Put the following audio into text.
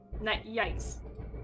Yikes